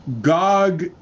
Gog